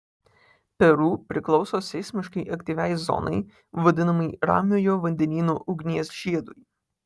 peru priklauso seismiškai aktyviai zonai vadinamai ramiojo vandenyno ugnies žiedui